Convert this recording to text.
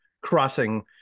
crossing